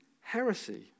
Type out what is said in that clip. heresy